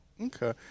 Okay